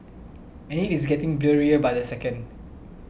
and it is getting blurrier by the second